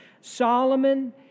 Solomon